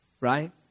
Right